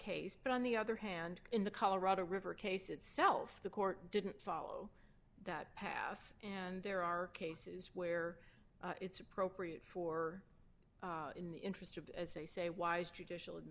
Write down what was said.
case but on the other hand in the colorado river case itself the court didn't follow that path and there are cases where it's appropriate for in the interest of as they say wise judicial